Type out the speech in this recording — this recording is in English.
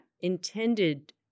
intended